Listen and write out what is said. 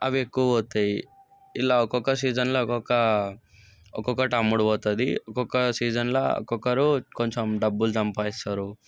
అవి ఎక్కువ పోతాయి ఇలా ఒక్కొక్క సీజన్లో ఒక్కొక్క ఒకొక్కటి అమ్ముడు పోతుంది ఒకొక్క సీజన్లో ఒకొక్కరు కొంచెం డబ్బులు సంపాదిస్తారు